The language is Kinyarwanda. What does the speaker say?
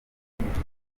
ntibizwi